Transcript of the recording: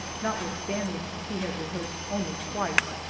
notwithstanding she had rehearsed only twice.